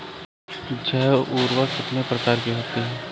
जैव उर्वरक कितनी प्रकार के होते हैं?